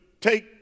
take